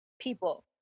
people